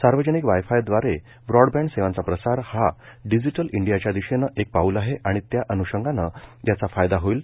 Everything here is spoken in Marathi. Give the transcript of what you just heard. सार्वजनिक वाय फायद्वारे ब्रॉडबँड सेवांचा प्रसार हा डिजिटल इंडियाच्या दिशेनं एक पाऊल आहे आणि त्याअन्षंगानं याचा फायदा होईल